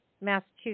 Massachusetts